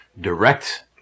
direct